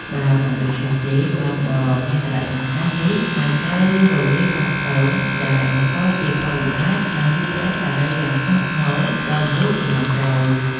បើមិនដូច្នោះទេ បឹងដ៏មានសារៈសំខាន់នេះនឹងត្រូវរលាយសាបសូន្យ ដែលបង្កជាផលវិបាក និងវិប្បដិសារីយ៉ាងធ្ងន់ធ្ងរដល់មនុស្សជំនាន់ក្រោយ។